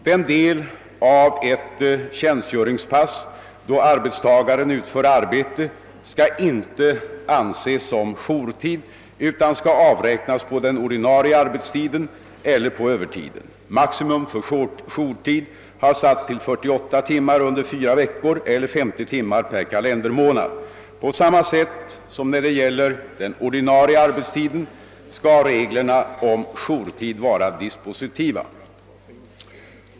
Den del av ett tjänstgöringspass då arbetstagaren utför arbete skall inte anses som jourtid utan skall avräknas på den ordinarie arbetstiden eller på övertiden. Maximum för jourtid har satts till 48 timmar under fyra veckor eller 50 timmar per kalendermånad. På samma sätt som när det gäller den ordinarie arbetstiden skall reglerna om jourtid vara dispositiva.